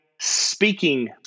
speaking